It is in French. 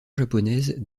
japonaise